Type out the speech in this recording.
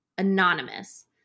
Anonymous